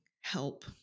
help